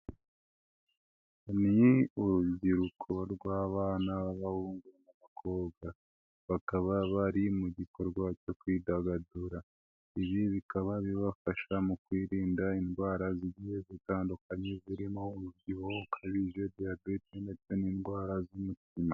Ni urubyiruko rw'abana b'abahungu n'abakobwa bakaba bari mu gikorwa cyo kwidagadura, ibi bikaba bibafasha mu kwirinda indwara zigiye zitandukanye zirimo: umubyibuho ukabije, diyabete ndetse n'indwara z'umutima.